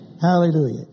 Hallelujah